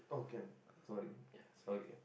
oh can sorry okay